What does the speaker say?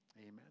Amen